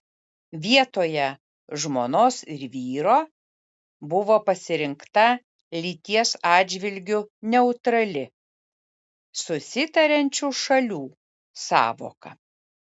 vietoje žmonos ir vyro buvo pasirinkta lyties atžvilgiu neutrali susitariančių šalių sąvoka